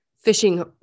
fishing